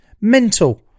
Mental